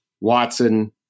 Watson